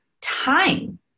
time